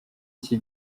iki